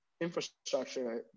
infrastructure